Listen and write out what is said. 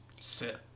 sit